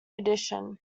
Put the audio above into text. addition